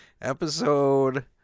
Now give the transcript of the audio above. Episode